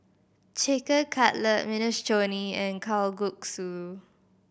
Chicken Cutlet Minestrone and Kalguksu